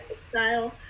style